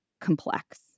complex